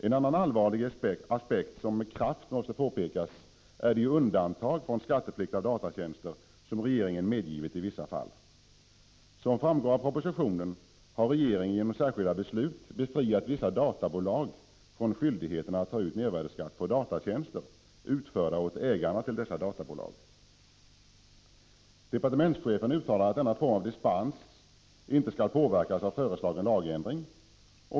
En annan allvarlig aspekt, som jag vill peka på att man måste beakta, är de undantag från skatteplikt på datatjänster som regeringen har medgivit i vissa fall. Som framgår av propositionen har regeringen genom särskilda beslut befriat vissa databolag från skyldigheten att ta ut mervärdeskatt på datatjänster, utförda åt ägarna till dessa databolag. Departementschefen uttalar att denna form av dispens inte skall påverkas av föreslagen lagändring.